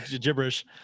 gibberish